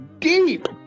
deep